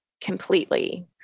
completely